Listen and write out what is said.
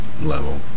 level